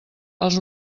els